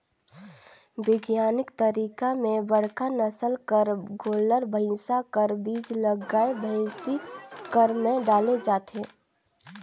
बिग्यानिक तरीका में बड़का नसल कर गोल्लर, भइसा कर बीज ल गाय, भइसी कर में डाले जाथे